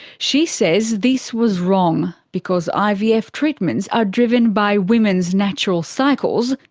she says this was wrong, because ivf treatments are driven by women's natural cycles,